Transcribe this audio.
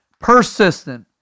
persistent